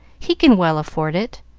he can well afford it.